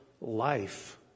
Life